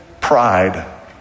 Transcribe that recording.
pride